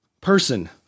Person